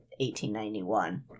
1891